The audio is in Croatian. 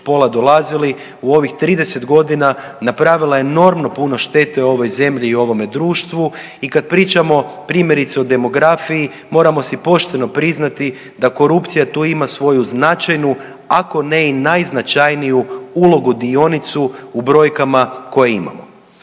pola dolazili u ovih 30.g. napravila je enormno puno štete ovoj zemlji i ovome društvu i kad pričamo primjerice o demografiji moramo si pošteno priznati da korupcija tu ima svoju značajnu ako ne i najznačajniju ulogu dionicu u brojkama koje imamo.